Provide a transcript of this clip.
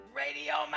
radio